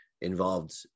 involved